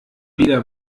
wieder